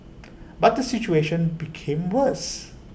but the situation became worse